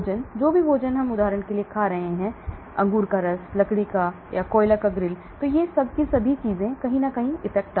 भोजन जो भी भोजन हम उदाहरण के लिए खा रहे हैं लकड़ी का कोयला ग्रिल अंगूर का रस